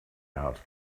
out